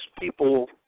people